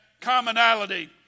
commonality